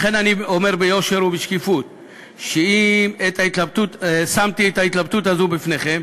לכן אני אומר ביושר ובשקיפות ששמתי את ההתלבטות הזאת בפניכם.